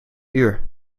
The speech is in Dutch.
uur